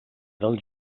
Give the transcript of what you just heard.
del